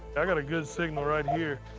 i got a good signal right here.